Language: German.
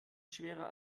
schwerer